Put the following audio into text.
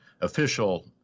official